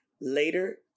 later